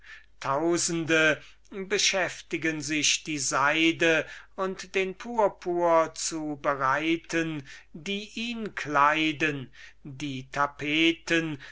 tausende beschäftigen sich die seide und den purpur zu bereiten die ihn kleiden die tapeten